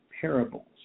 parables